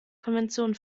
konvention